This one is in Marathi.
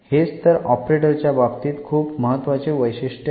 हेच तर ऑपरेटरच्या बाबतीत खूप महत्वाचे वैशिठ्य आहे